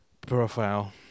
profile